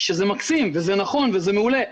שזה מקסים וזה נכון וזה מעולה,